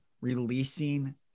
releasing